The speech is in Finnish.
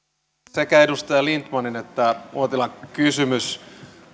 sekä edustaja lindtmanin että uotilan kysymys